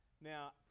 Now